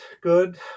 Good